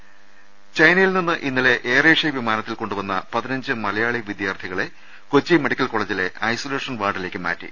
ദർവ്വട്ടെഴ ചൈനയിൽ നിന്ന് ഇന്നലെ എയർഏഷ്യ വിമാനത്തിൽ കൊണ്ടുവന്ന പതിനഞ്ച് മലയാളി വിദ്യാർത്ഥികളെ കൊച്ചി മെഡിക്കൽ കോളജിലെ ഐസൊലേഷൻ വാർഡിലേക്ക് മാറ്റി